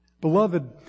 Beloved